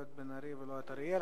לא את בן-ארי ולא את אריאל.